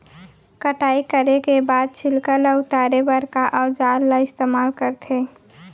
कटाई करे के बाद छिलका ल उतारे बर का औजार ल इस्तेमाल करथे?